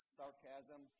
sarcasm